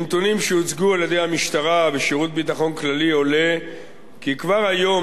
מנתונים שהוצגו על-ידי המשטרה ושירות הביטחון הכללי עולה כי כבר היום